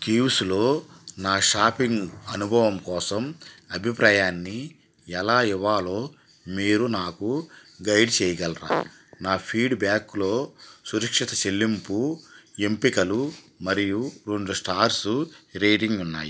కూవ్స్లో నా షాపింగ్ అనుభవం కోసం అభిప్రాయాన్ని ఎలా ఇవ్వాలో మీరు నాకు గైడ్ చేయగలరా నా ఫీడ్బ్యాక్లో సురక్షిత చెల్లింపు ఎంపికలు మరియు రెండు స్టార్సు రేటింగ్ ఉన్నాయి